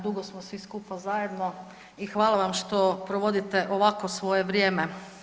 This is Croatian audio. Dugo smo svi skupa zajedno i hvala vam što provodite ovako svoje vrijeme.